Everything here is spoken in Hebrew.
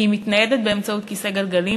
כי היא מתניידת באמצעות כיסא גלגלים